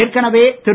ஏற்கனவே திரு